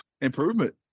Improvement